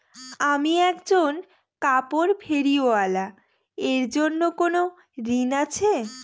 আমি একজন কাপড় ফেরীওয়ালা এর জন্য কোনো ঋণ আছে?